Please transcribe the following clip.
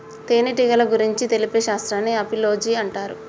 తేనెటీగల గురించి తెలిపే శాస్త్రాన్ని ఆపిలోజి అంటారు